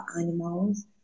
animals